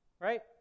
right